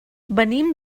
venim